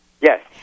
Yes